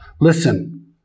Listen